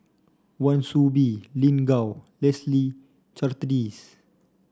Wan Soon Bee Lin Gao Leslie Charteris